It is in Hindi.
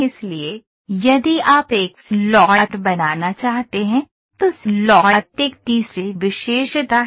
इसलिए यदि आप एक स्लॉट बनाना चाहते हैं तो स्लॉट एक तीसरी विशेषता है